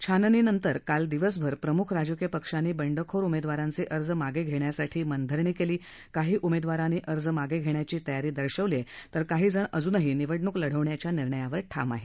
छाननीनंतर काल दिवसभर प्रमुख राजकीय पक्षांनी बंडखोर उमेदवारांचे अर्ज मागे घेण्यासाठी मनधरणी केली काही उमेदवारांनी अर्ज मागे घेण्याची तयारी दर्शवली आहे तर काही जण अजुनही निवडणुक लढवण्याच्या निर्णयावर ठाम आहेत